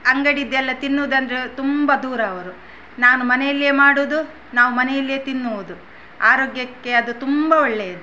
ಅಂಗಡಿಯದ್ದೆಲ್ಲ ತಿನ್ನೋದೆಂದ್ರೆ ತುಂಬ ದೂರ ಅವರು ನಾನು ಮನೆಯಲ್ಲಿಯೇ ಮಾಡುವುದು ನಾವು ಮನೆಯಲ್ಲಿಯೇ ತಿನ್ನುವುದು ಆರೋಗ್ಯಕ್ಕೆ ಅದು ತುಂಬ ಒಳ್ಳೆಯದು